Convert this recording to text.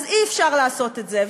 אז אי-אפשר לעשות את זה.